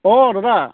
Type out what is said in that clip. অঁ দাদা